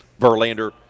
Verlander